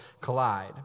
collide